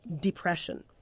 depression